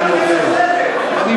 יש פה חרדים.